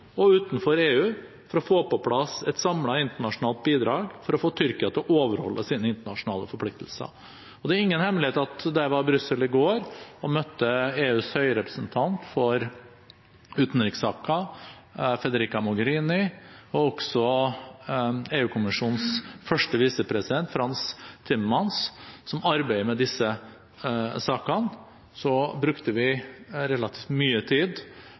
og utenfor EU for å få på plass et samlet internasjonalt bidrag for å få Tyrkia til å overholde sine internasjonale forpliktelser. Og det er ingen hemmelighet at da jeg var i Brussel i går og møtte EUs høyrepresentant for utenrikssaker, Federica Mogherini, og også EU-kommisjonens første visepresident, Frans Timmermans, som arbeider med disse sakene, brukte vi relativt mye tid